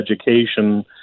education